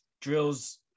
drills